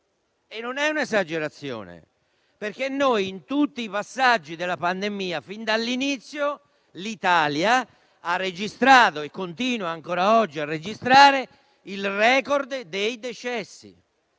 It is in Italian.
e non è un'esagerazione, perché in tutti i passaggi della pandemia, fin dall'inizio, l'Italia ha registrato e continua ancora oggi a registrare il record dei decessi.